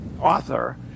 author